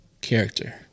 character